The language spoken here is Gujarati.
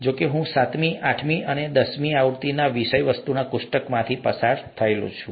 જો કે હું સાતમી આઠમી અને દસમી આવૃત્તિના વિષયવસ્તુના કોષ્ટકમાંથી પસાર થયો છું